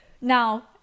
now